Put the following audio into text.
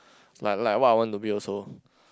like like what I want to be also